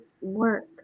work